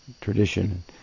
tradition